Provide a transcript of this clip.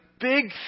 big